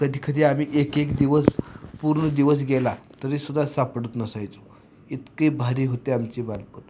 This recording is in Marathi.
कधी कधी आम्ही एक एक दिवस पूर्ण दिवस गेला तरीसुद्धा सापडत नसायचो इतकी भारी होते आमचे बालपण